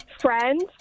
friends